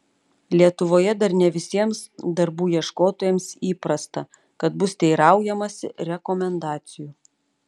lietuvoje dar ne visiems darbų ieškotojams įprasta kad bus teiraujamasi rekomendacijų